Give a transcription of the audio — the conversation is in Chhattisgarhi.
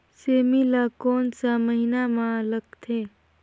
सेमी ला कोन सा महीन मां लगथे?